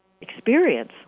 experience